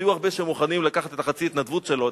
היו הרבה שמוכנים לקחת את חצי ההתנדבות שלו,